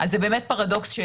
זה באמת פרדוקס.